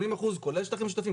80% זה כולל שטחים משותפים,